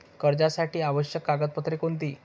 कर्जासाठी आवश्यक कागदपत्रे कोणती?